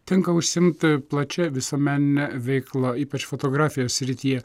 tenka užsiimti plačia visuomenine veikla ypač fotografijos srityje